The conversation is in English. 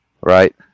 Right